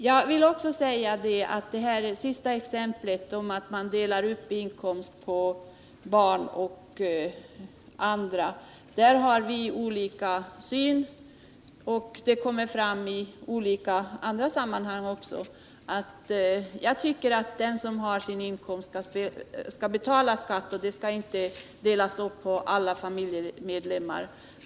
När det gäller sådana saker som Göthe Knutson nämnde i sitt exempel om att man delar upp inkomster på barn och andra familjemedlemmar vill jag framhålla att vi har olika synsätt. Jag tycker att den som har inkomsten skall betala skatten.